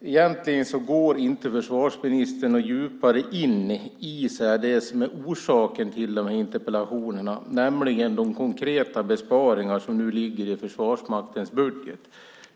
Egentligen går försvarsministern inte djupare in på det som är orsaken till interpellationerna, nämligen de konkreta besparingar som nu ligger i Försvarsmaktens budget.